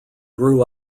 grew